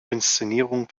inszenierungen